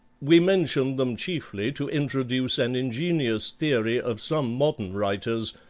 we mention them chiefly to introduce an ingenious theory of some modern writers,